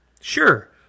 sure